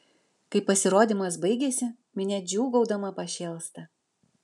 kai pasirodymas baigiasi minia džiūgaudama pašėlsta